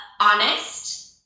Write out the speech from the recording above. honest